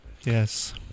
Yes